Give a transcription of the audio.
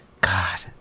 God